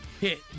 hit